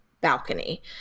balcony